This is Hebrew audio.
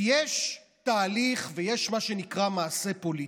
כי יש תהליך, ויש מה שנקרא "מעשה פוליטי".